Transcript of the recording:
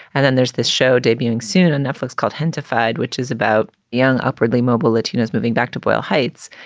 and then there's this show debuting soon on netflix called hand to find, which is about young, upwardly mobile latinos moving back to boyle heights.